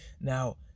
Now